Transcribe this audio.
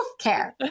healthcare